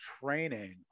training